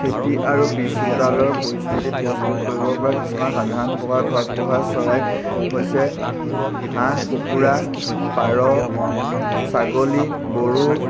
খেতি আৰু পিছচোতালৰ পৰিস্থিতিত প্ৰস্তুত কৰিব পৰা কিছুমান সাধাৰণ প্ৰকাৰৰ ঘৰত পোহা চৰাই হৈছে হাঁহ কুকুৰা পাৰ ছাগলী গৰু